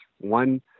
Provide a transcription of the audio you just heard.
one